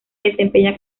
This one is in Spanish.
desempeña